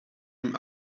him